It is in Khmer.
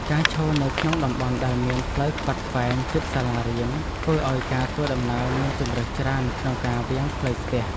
ការរស់នៅក្នុងតំបន់ដែលមានផ្លូវខ្វាត់ខ្វែងជិតសាលារៀនធ្វើឱ្យការធ្វើដំណើរមានជម្រើសច្រើនក្នុងការវាងផ្លូវស្ទះ។